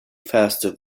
faster